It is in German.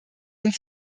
sind